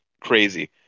crazy